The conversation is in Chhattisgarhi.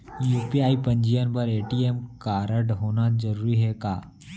यू.पी.आई पंजीयन बर ए.टी.एम कारडहोना जरूरी हे का?